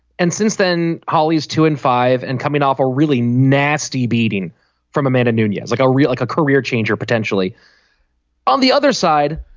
and since then holly's two in five and coming off a really nasty beating from a man in new york. yeah like i read like a career change or potentially on the other side.